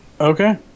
Okay